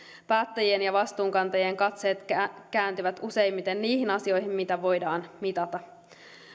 päättäjien ja vastuunkantajien katseet kääntyvät useimmiten niihin asioihin mitä voidaan mitata